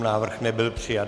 Návrh nebyl přijat.